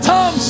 Tom